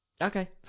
Okay